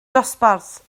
dosbarth